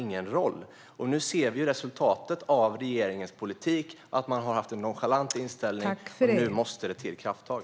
Nu ser vi resultatet av regeringens politik. Man har haft en nonchalant inställning, men nu måste det till krafttag.